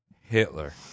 Hitler